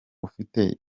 ufite